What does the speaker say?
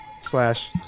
slash